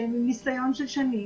שהן עם ניסיון של שנים,